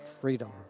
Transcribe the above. freedom